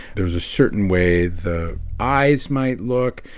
there's a certain way the eyes might look.